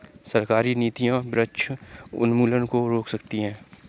सरकारी नीतियां वृक्ष उन्मूलन को रोक सकती है